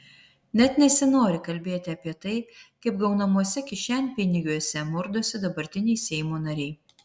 net nesinori kalbėti apie tai kaip gaunamuose kišenpinigiuose murdosi dabartiniai seimo nariai